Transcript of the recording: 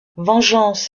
vengeances